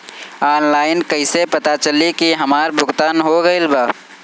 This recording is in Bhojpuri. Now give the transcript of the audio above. ऑनलाइन कईसे पता चली की हमार भुगतान हो गईल बा?